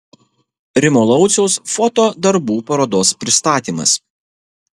rimo lauciaus foto darbų parodos pristatymas